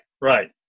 right